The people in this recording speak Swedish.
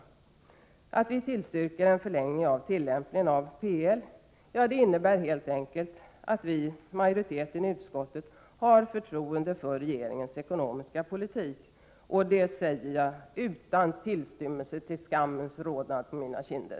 Att majoriteten i utskottet tillstyrker en förlängning av tillämpningen av PL innebär helt enkelt att vi har förtroende för regeringens ekonomiska politik, och det säger jag utan tillstymmelse till skammens rodnad på mina kinder.